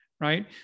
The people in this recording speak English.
Right